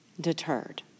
deterred